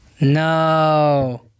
No